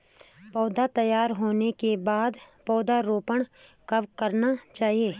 पौध तैयार होने के बाद पौधा रोपण कब करना चाहिए?